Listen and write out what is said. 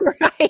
Right